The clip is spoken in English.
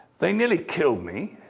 they nearly killed me,